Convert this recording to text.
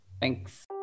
Thanks